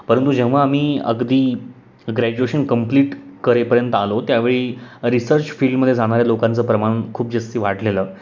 परंतु जेव्हा आम्ही अगदी ग्रॅज्युएशन कंप्लीट करेपर्यंत आलो त्यावेळी रिसर्च फील्डमध्ये जाणाऱ्या लोकांचं प्रमाण खूप जास्त वाढलेलं